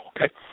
Okay